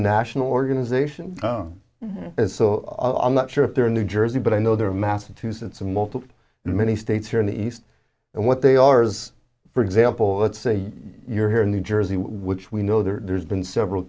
national organization is so i'm not sure if they're in new jersey but i know there are massachusetts multiple in many states here in the east and what they are is for example let's say you're here in new jersey which we know there's been several